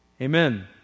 amen